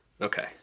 Okay